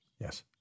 Yes